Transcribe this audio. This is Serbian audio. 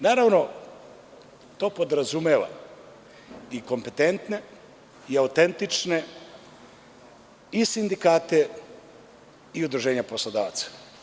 Naravno, to podrazumeva i kompetentne i autentične i sindikate i udruženja poslodavaca.